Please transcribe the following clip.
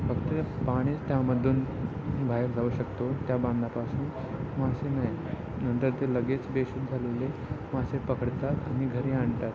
फक्त ते पाणीच त्यामधून बाहेर जाऊ शकतो त्या बांधापासून मासे नाही नंतर ते लगेच बेशुद्ध झालेले मासे पकडतात आणि घरी आणतात